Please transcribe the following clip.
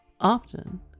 Often